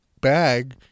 bag